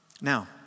Now